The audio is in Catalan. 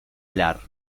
llar